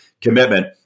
commitment